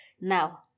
Now